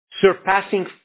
surpassing